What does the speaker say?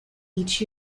each